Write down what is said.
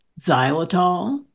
xylitol